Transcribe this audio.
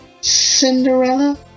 Cinderella